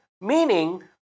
Meaning